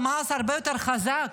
ואז קיבלנו חמאס הרבה יותר חזק.